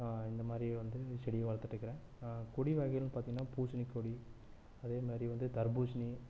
இந்தமாதிரி வந்து செடியை வளர்த்துட்டு இருக்கிறேன் கொடி வகைன்னு பார்த்திங்கன்னா பூசணி கொடி அதேமாதிரி வந்து தர்பூசணி